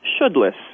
shouldless